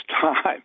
time